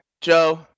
Joe